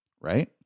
Right